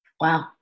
Wow